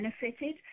benefited